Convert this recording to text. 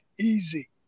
easy